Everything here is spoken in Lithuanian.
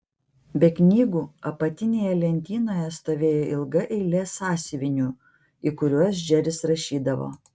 be knygų apatinėje lentynoje stovėjo ilga eilė sąsiuvinių į kuriuos džeris rašydavo